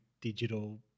digital